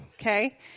Okay